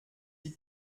die